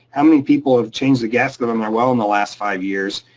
how many people have changed the gasket on their well in the last five years?